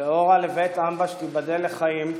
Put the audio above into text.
ואורה לבית אמב"ש, תיבדל לחיים,